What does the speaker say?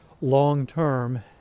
long-term